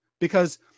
because-